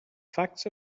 facts